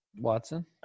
Watson